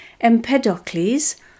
Empedocles